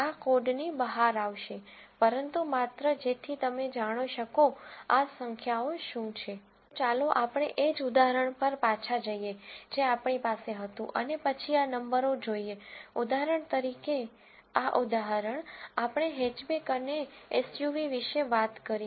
આ કોડની બહાર આવશે પરં તો ચાલો આપણે એ જ ઉદાહરણ પર પાછા જઈએ જે આપણી પાસે હતું અને પછી આ નંબરો જોઈએ ઉદાહરણ તરીકે આ ઉદાહરણ આપણે હેચબેક અને એસયુવી વિશે વાત કરી